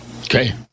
Okay